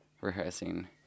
rehearsing